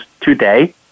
today